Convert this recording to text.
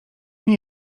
nie